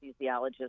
anesthesiologist